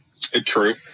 True